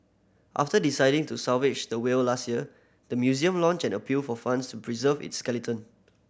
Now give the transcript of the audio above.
after deciding to salvage the whale last year the museum launched an appeal for funds to preserve its skeleton